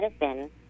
medicine